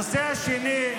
הנושא השני: